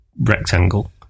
rectangle